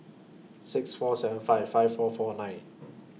six four seven five five four four nine